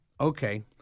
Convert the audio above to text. okay